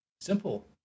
Simple